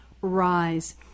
rise